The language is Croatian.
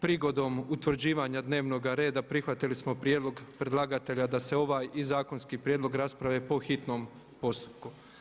Prigodom utvrđivanja dnevnog reda prihvatili smo prijedlog predlagatelja da se ovaj i zakonski prijedlog rasprave po hitnom postupku.